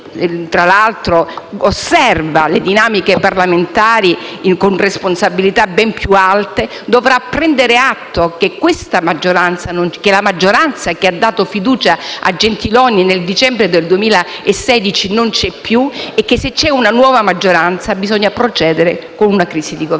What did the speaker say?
e chi osserva le dinamiche parlamentari con responsabilità ben più alte dovranno prendere atto che la maggioranza che ha dato fiducia al Governo Gentiloni Silveri nel dicembre 2016 non c'è più e che, se c'è una nuova maggioranza, bisogna procedere con una crisi di Governo.